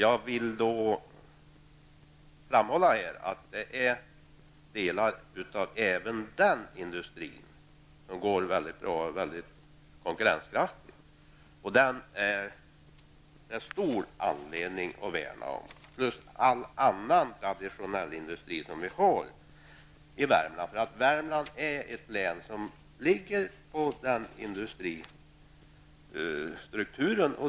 Jag vill framhålla att delar av även den industrin är mycket konkurrenskraftiga. Det finns stor anledning att värna om den industrin, plus all annan traditionell industri som vi har i Värmland. Värmland är nämligen ett län som är beroende av den industristrukturen.